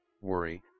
worry